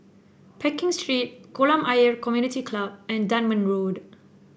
Pekin Street Kolam Ayer Community Club and Dunman Road